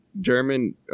German